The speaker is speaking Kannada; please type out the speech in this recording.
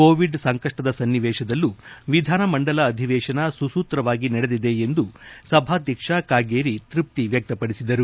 ಕೋವಿಡ್ ಸಂಕಷ್ಟದ ಸನ್ನಿವೇಶದಲ್ಲೂ ವಿಧಾನಮಂಡಲ ಅಧಿವೇಶನ ಸುಸೂತ್ರವಾಗಿ ನಡೆದಿದೆ ಎಂದು ಸಭಾಧ್ವಾಕ್ಷ ಕಾಗೇರಿ ತೃಪ್ತಿ ವ್ಯಕ್ತಪಡಿಸಿದರು